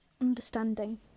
Understanding